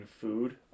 food